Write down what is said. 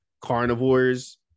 carnivores